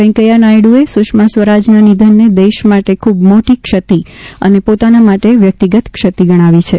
વેકેયાહ નાયડુએ સુષ્મા સ્વરાજના નિધનને દેશ માટે ખુબ મોટી ક્ષતી અને પોતાના માટે વ્યકિતગત ક્ષતિ ગણાવી છે